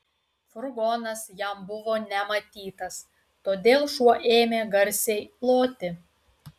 furgonas jam buvo nematytas todėl šuo ėmė garsiai loti